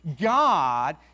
God